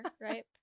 right